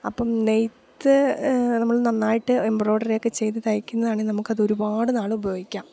അപ്പോള് നെയ്ത്ത് നമ്മൾ നന്നായിട്ട് എമ്പ്രോയ്ഡറിയൊക്കെച്ചെയ്തു തയ്ക്കുന്നതാ ണെങ്കില് നമുക്കതൊരുപാട് നാളുപയോഗിക്കാം